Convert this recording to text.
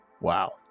Wow